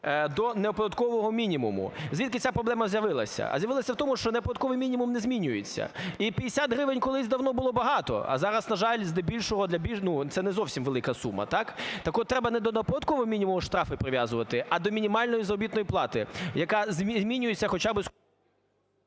до неоподаткованого мінімуму. Звідки ця проблема з'явилася? А з'явилася в тому, що неоподаткований мінімум не змінюється, і 50 гривень колись давно було багато, а зараз, на жаль, здебільшого, ну, це не зовсім велика сума, так? Так-от треба не до неоподаткованого мінімуму штрафи прив'язувати, а до мінімальної заробітної плати, яка змінюється хоча б…